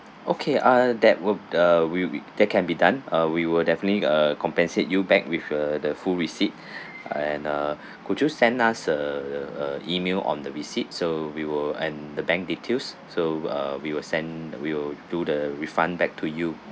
okay uh that will uh will be that can be done uh we will definitely uh compensate you back with a the full receipt and uh could you send us a a email on the receipt so we will and the bank details so uh we will send we will do the refund back to you